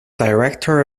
director